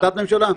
--- החלטת ממשלה?